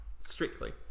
Strictly